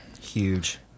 Huge